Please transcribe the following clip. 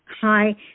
Hi